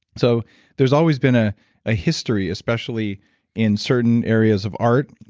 so there's always been a ah history, especially in certain areas of art,